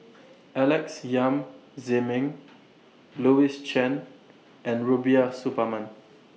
Alex Yam Ziming Louis Chen and Rubiah Suparman